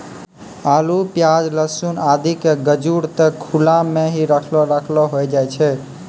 आलू, प्याज, लहसून आदि के गजूर त खुला मॅ हीं रखलो रखलो होय जाय छै